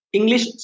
English